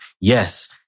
Yes